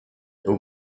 your